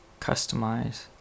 customize